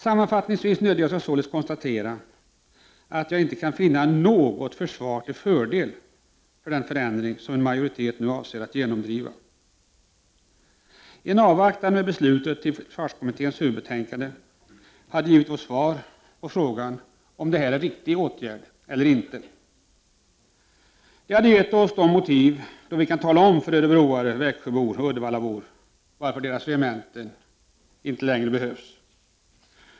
Sammanfattningsvis nödgas jag således konstatera att jag inte kan finna något försvar till fördel för den förändring som en majoritet nu avser att genomdriva. Om vi hade avvaktat med beslutet tills försvarskommitténs huvudbetänkande kommer, hade vi fått svar på frågan om detta är en riktig åtgärd eller inte. Det hade gett oss motiv, så att vi kan tala om för örebroare, växjöbor och uddevallabor varför deras regementen inte längre behövs.